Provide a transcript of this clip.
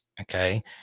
Okay